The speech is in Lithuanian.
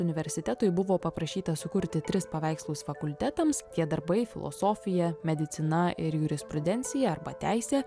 universitetui buvo paprašytas sukurti tris paveikslus fakultetams tie darbai filosofija medicina ir jurisprudencija arba teisė